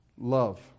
love